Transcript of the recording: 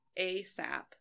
ASAP